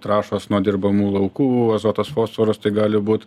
trąšos nuo dirbamų laukų azotas fosforas tai gali būt